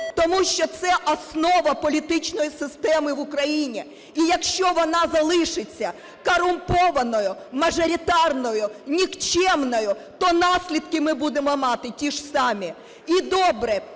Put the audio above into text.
тому що це основа політичної системи в Україні. І якщо вона залишиться корумпованою, мажоритарною, нікчемною, то наслідки ми будемо мати ті ж самі. І добре,